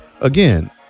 again